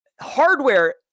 hardware